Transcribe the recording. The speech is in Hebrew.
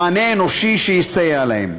מענה אנושי שיסייע להם.